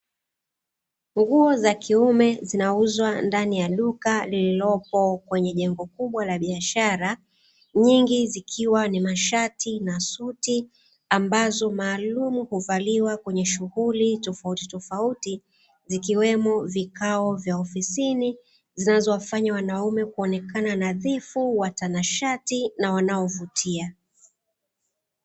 Nguo za kiume zinauzwa ndani ya duka lililopo kwenye jengo kubwa la biashara, nyingi zikiwa ni mashati na suti ambazo maalumu huvaliwa kwenye shughuli tofautitofauti, zikiwemo vikao vya ofisini zinazowafanya wanaume kuonekana nadhifu watanashati na wanaovutia.